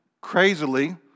crazily